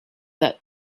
that